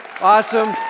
awesome